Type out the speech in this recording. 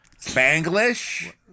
Spanglish